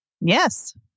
Yes